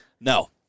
No